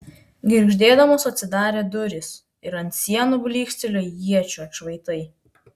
girgždėdamos atsidarė durys ir ant sienų blykstelėjo iečių atšvaitai